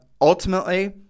Ultimately